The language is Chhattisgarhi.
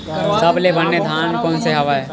सबले बने धान कोन से हवय?